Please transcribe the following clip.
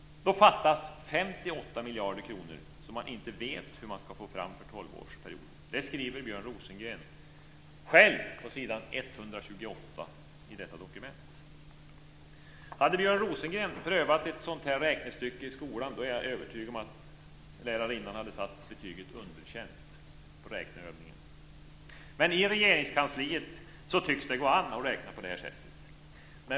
Då fattas 58 miljarder kronor som man inte vet hur man ska få fram för tolvårsperioden. Det skriver Björn Rosengren själv på s. 128 i detta dokument. Hade Björn Rosengren prövat ett sådant här räknestycke i skolan är jag övertygad om att lärarinnan hade satt betyget Underkänt på räkneövningen, men i Regeringskansliet tycks det gå an att räkna på det här sättet.